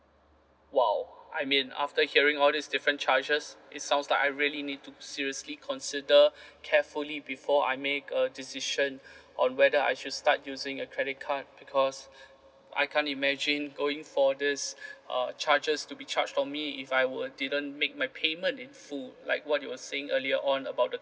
!wow! I mean after hearing all this different charges it sounds like I really need to seriously consider carefully before I make a decision on whether I should start using a credit card because I can't imagine going for these uh charges to be charged on me if I were didn't make my payment in full like what you're saying earlier on about the